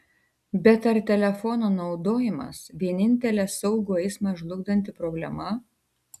bet ar telefono naudojimas vienintelė saugų eismą žlugdanti problema